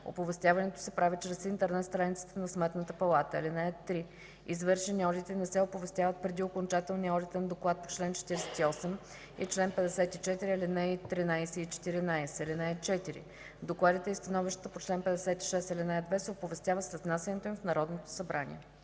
Оповестяването се прави чрез интернет страницата на Сметната палата. (3) Извършени одити не се оповестяват преди окончателния одитен доклад по чл. 48 и чл. 54, ал. 13 и 14. (4) Докладите и становищата по чл. 56, ал. 2 се оповестяват след внасянето им в Народното събрание.”